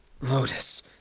Lotus